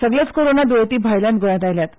सगलेच कोरोना दुर्येती भायल्यान गोंयांत आयल्यात